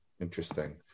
Interesting